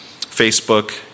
Facebook